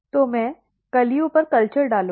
तो मैं कलियों पर कल्चर डालूंगा